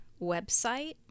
website